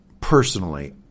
personally